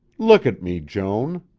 look at me, joan!